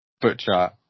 Butcher